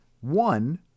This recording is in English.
One